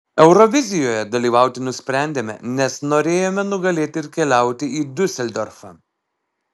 eurovizijoje dalyvauti nusprendėme nes norėjome nugalėti ir keliauti į diuseldorfą